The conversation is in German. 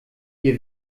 wir